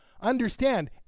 understand